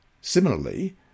similarly